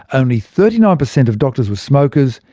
only thirty nine percent of doctors were smokers,